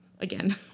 again